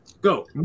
Go